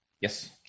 Yes